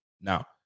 now